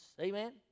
Amen